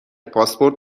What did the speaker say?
پاسپورت